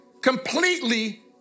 completely